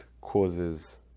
causes